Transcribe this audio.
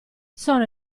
sono